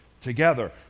together